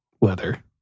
weather